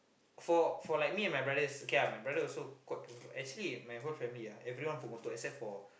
for for like me and my brothers okay ah my brother also quite actually my whole family ah everyone pengotor except for